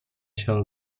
się